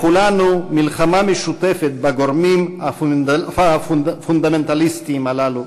לכולנו מלחמה משותפת בגורמים הפונדמנטליסטיים הללו,